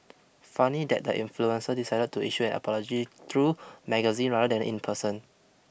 funny that the influencer decided to issue an apology through magazine rather than in person